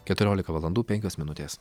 keturiolika valandų penkios minutės